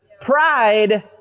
Pride